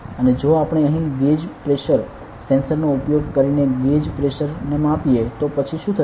અને જો આપણે અહીં ગેજ પ્રેશર સેન્સર નો ઉપયોગ કરીને ગેજ પ્રેશર ને માપીએ તો પછી શું થશે